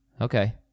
Okay